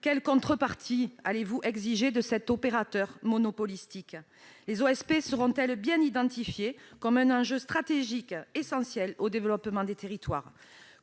Quelles contreparties allez-vous exiger de cet opérateur monopolistique ? Les OSP seront-elles bien identifiées comme un enjeu stratégique essentiel au développement des territoires ?